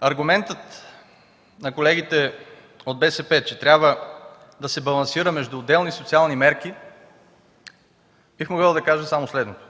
аргумента на колегите от БСП, че трябва да се балансира между отделни социални мерки, бих могъл да кажа само следното: